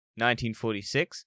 1946